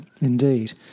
indeed